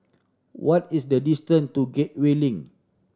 what is the distant to Gateway Link